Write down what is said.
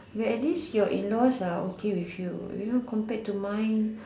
you're at least your in laws are okay with you you know compared to mine